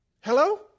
Hello